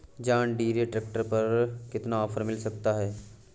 John Deere tractor पर कितना offer मिल सकता है?